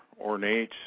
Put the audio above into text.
ornate